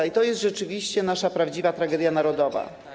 I to jest rzeczywiście nasza prawdziwa tragedia narodowa.